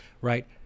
right